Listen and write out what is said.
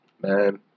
Man